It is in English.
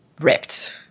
ripped